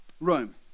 Rome